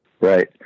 Right